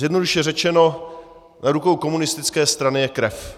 Zjednodušeně řečeno, na rukou komunistické strany je krev.